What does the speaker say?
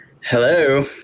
Hello